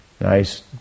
nice